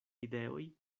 ideoj